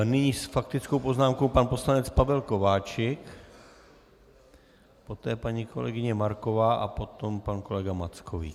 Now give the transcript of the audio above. Nyní s faktickou poznámkou pan poslanec Pavel Kováčik, poté paní kolegyně Marková a potom pan kolega Mackovík.